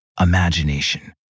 imagination